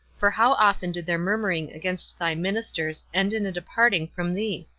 for how often did their murmuring against thy ministers end in a departing from thee!